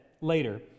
later